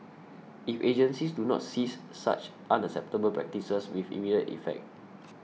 if agencies do not cease such unacceptable practices with immediate effect